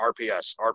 RPS